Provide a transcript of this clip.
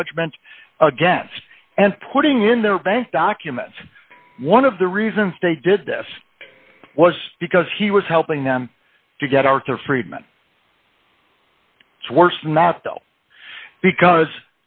judgment against and putting in their bank documents one of the reasons they did this was because he was helping them to get arthur friedman to worse not though because